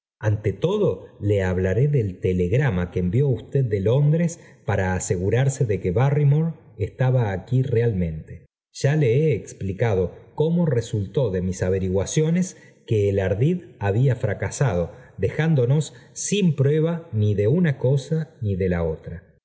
ante todo le hablaré del telegrama que envió usted de londres para asegurarse de que barrymore estaba aquí realmente ya le he explicado cómo resultó de mis averiguaciones que el ardid había fracasado dejándonos sin prueba ni de una cosa ni de la otra